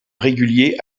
régulier